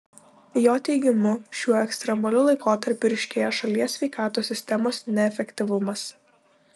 jo teigimu šiuo ekstremaliu laikotarpiu ryškėja šalies sveikatos sistemos neefektyvumas